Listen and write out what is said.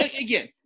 again